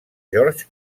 georg